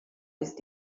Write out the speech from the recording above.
ist